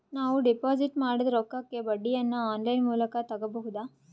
ನಾವು ಡಿಪಾಜಿಟ್ ಮಾಡಿದ ರೊಕ್ಕಕ್ಕೆ ಬಡ್ಡಿಯನ್ನ ಆನ್ ಲೈನ್ ಮೂಲಕ ತಗಬಹುದಾ?